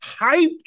hyped